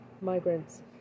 migrants